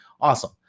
Awesome